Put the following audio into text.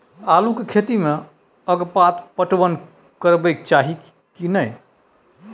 आलू के खेती में अगपाट पटवन करबैक चाही की नय?